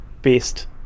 Best